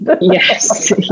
Yes